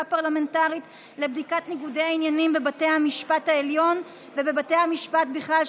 פרלמנטרית לבדיקת ניגודי העניינים בבתי המשפט העליון ובבתי המשפט בכלל,